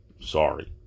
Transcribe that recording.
sorry